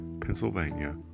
Pennsylvania